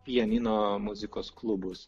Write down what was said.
pianino muzikos klubus